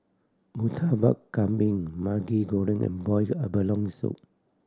Murtabak Kambing Maggi Goreng and boiled abalone soup